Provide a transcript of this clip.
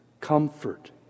Comfort